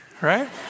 Right